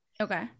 Okay